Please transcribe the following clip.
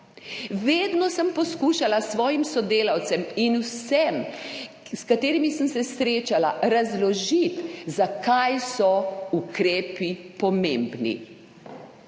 Vedno sem poskušala svojim sodelavcem in vsem, s katerimi sem se srečala, razložiti, zakaj so ukrepi pomembni.